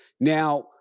Now